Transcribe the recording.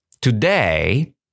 today